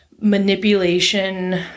manipulation